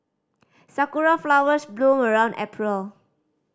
sakura flowers bloom around April